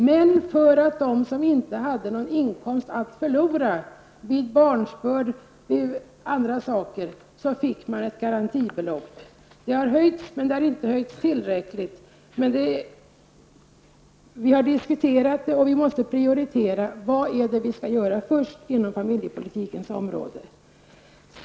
Men för att de som inte hade någon inkomst att förlora vid barnsbörd, osv. infördes ett garantibelopp. Detta har höjts, men det har inte höjts tillräckligt. Vi har diskuterat detta, men vi måste prioritera. Först måste vi ställa frågan: Vad skall vi göra först inom familjepolitikens område?